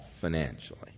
financially